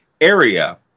area